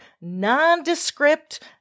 nondescript